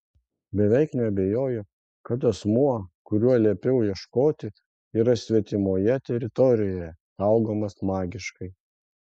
beveik neabejoju kad asmuo kurio liepiau ieškoti yra svetimoje teritorijoje saugomas magiškai